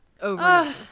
over